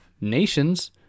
nations